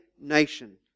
nation